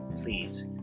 Please